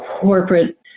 corporate